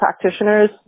practitioners